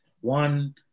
one